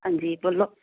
ਹਾਂਜੀ ਬੋਲੋ